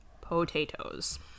potatoes